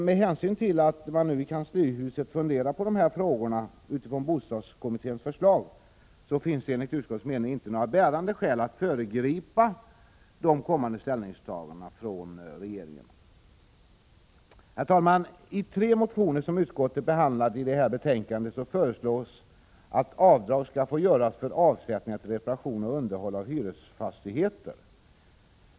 Med hänsyn till att man i kanslihuset nu funderar på dessa frågor med utgångspunkt i bostadskommitténs förslag finns det enligt utskottets mening inte några bärande skäl för att föregripa regeringens kommande ställningstaganden. Herr talman! I tre motioner som utskottet har behandlat i detta betänkande föreslås att avdrag skall få göras för avsättningar till reparationer och underhåll av hyresfastigheter.